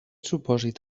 supòsit